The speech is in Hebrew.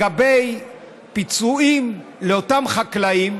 לפיצויים לאותם חקלאים